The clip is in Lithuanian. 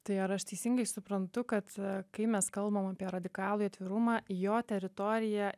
tai ar aš teisingai suprantu kad kai mes kalbam apie radikalųjį atvirumą jo teritorija